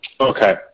Okay